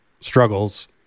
struggles